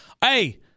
Hey